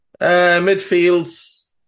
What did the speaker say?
Midfields